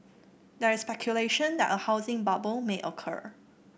there is speculation that a housing bubble may occur